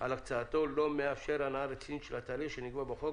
על הקצאתו לא מאפשר הנעה רצינית של התהליך שנקבע בחוק